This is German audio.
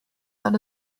soll